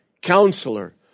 Counselor